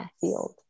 field